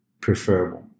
preferable